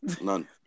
None